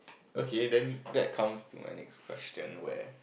okay then that comes to my next question where